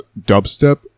dubstep